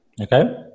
Okay